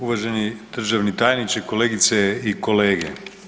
Uvaženi državni tajniče, kolegice i kolege.